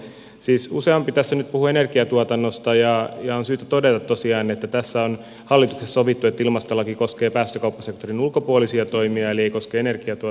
siis useampi tässä nyt puhui energiatuotannosta ja on syytä todeta tosiaan että hallituksessa on sovittu että ilmastolaki koskee päästökauppasektorin ulkopuolisia toimia eli se ei koske energiatuotantoa ja teollisuutta